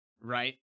right